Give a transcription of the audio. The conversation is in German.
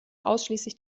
ausschließlich